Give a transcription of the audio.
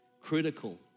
critical